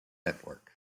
network